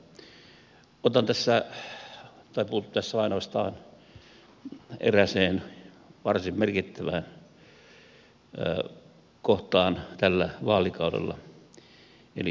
puutun tässä ainoastaan erääseen varsin merkittävään kohtaan tällä vaalikaudella eli yhteisö ja pääomaverotuksen uudistamiseen